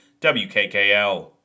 WKKL